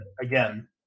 again